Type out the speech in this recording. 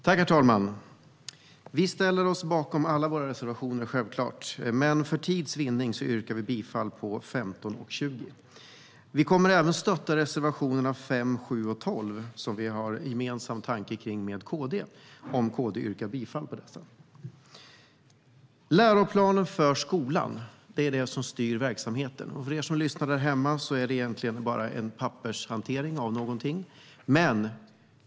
Herr talman! Vi ställer oss självklart bakom alla våra reservationer, men för tids vinnande yrkar vi bifall endast till 15 och 20. Vi kommer även att stödja reservationerna 5, 7 och 12, som vi har en gemensam tanke om med KD, om KD yrkar bifall till dessa. Läroplanen för skolan är det som styr verksamheten. För er som lyssnar där hemma kan jag berätta att det egentligen bara är pappershantering.